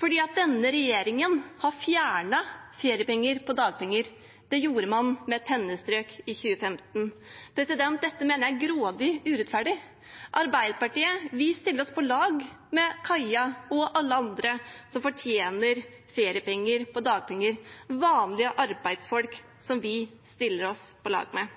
denne regjeringen har fjernet feriepenger på dagpenger. Det gjorde man med et pennestrøk i 2015. Dette mener jeg er grådig urettferdig. Vi i Arbeiderpartiet stiller oss på lag med Kaja og alle andre som fortjener feriepenger på dagpenger – vanlige arbeidsfolk, som vi stiller oss på lag med.